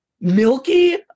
Milky